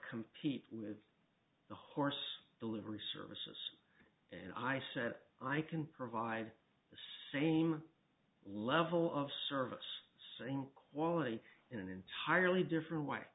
compete with the horse delivery services and i said i can provide the same level of service same quality in an entirely different way